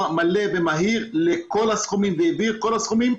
מלא ומהיר לכל הסכומים והעביר את כל הסכומים.